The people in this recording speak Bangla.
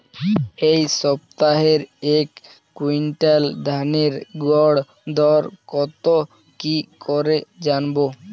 এই সপ্তাহের এক কুইন্টাল ধানের গর দর কত কি করে জানবো?